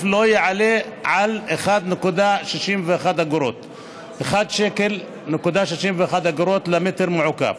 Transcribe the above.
לא יעלה על 1.61 שקלים למטר מעוקב,